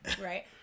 Right